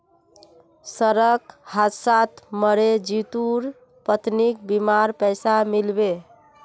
सड़क हादसात मरे जितुर पत्नीक बीमार पैसा मिल बे